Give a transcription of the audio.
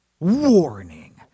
Warning